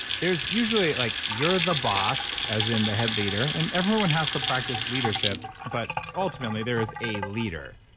there's usually like you're the boss, as in the head leader, and everyone has to practice leadership but ultimately there is a leader,